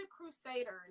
crusaders